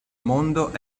mondo